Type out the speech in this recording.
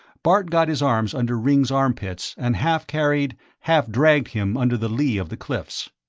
bart got his arms under ringg's armpits and half-carried, half-dragged him under the lee of the cliffs.